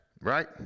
right